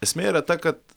esmė yra ta kad